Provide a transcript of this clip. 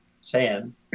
Sam